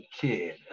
kid